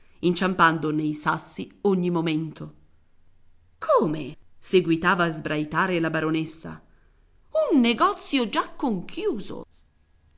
inciampando nei sassi ogni momento come seguitava a sbraitare la baronessa un negozio già conchiuso